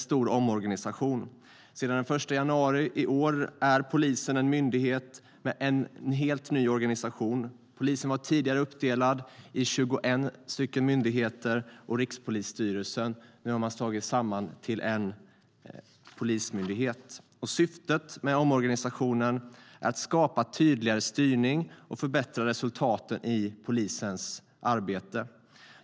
Sedan den 1 januari i år är polisen en myndighet med en helt ny organisation. Polisen var tidigare uppdelad i 21 myndigheter och Rikspolisstyrelsen. Nu har man slagit samman dem till en polismyndighet. Syftet med omorganisationen är att skapa en tydligare styrning och förbättra resultaten i polisens arbete.